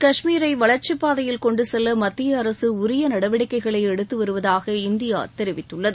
காஷ்மீரை வளர்ச்சி பாதையில் கொண்டுசெல்ல மத்திய அரசு உரிய நடவடிக்கைகளை எடுத்து வருவதாக இந்தியா தெரிவித்துள்ளது